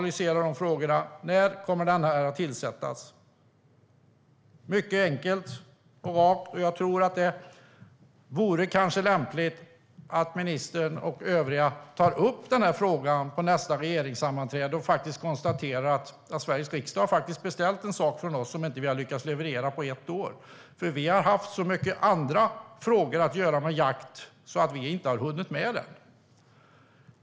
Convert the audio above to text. Det är mycket enkelt och rakt. Det vore lämpligt om ministern och övriga tog upp den här frågan på nästa regeringssammanträde och konstaterade att Sveriges riksdag har beställt en sak från regeringen som den inte lyckats leverera på ett år, eftersom den har haft så mycket att göra med andra jaktfrågor att detta inte hunnits med.